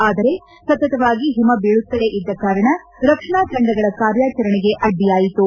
ಆದರೆ ಸತತವಾಗಿ ಹಿಮ ಬೀಳುತ್ತಲೆ ಇದ್ದ ಕಾರಣ ರಕ್ಷಣಾ ತಂಡಗಳ ಕಾರ್ಯಾಚರಣೆಗೆ ಅಡ್ಡಿಯಾಯಿತು